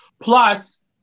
Plus